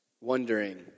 wondering